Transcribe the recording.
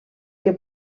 que